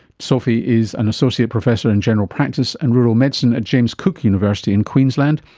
sophie is an associate professor in general practice and rural medicine at james cook university in queensland,